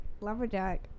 Lumberjack